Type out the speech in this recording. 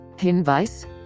Hinweis